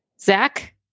Zach